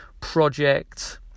project